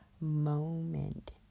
moment